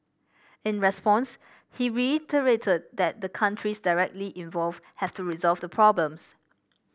in response he reiterated that the countries directly involved have to resolve the problems